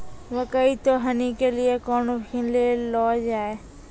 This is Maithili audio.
मकई तो हनी के लिए कौन मसीन ले लो जाए?